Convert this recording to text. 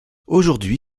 aujourd’hui